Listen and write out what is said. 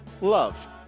love